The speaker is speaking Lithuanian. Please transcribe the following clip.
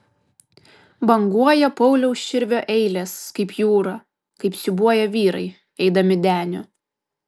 banguoja pauliaus širvio eilės kaip jūra kaip siūbuoja vyrai eidami deniu